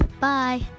bye